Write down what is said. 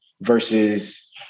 versus